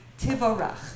tivorach